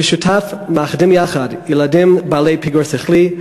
ב"שותף" הם מאחדים יחד ילדים בעלי פיגור שכלי,